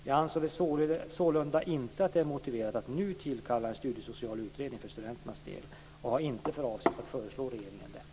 Jag anser sålunda inte att det är motiverat att nu tillkalla en studiesocial utredning för studenternas del och har inte för avsikt att föreslå regeringen detta.